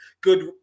good